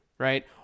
Right